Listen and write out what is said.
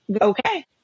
okay